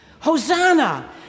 Hosanna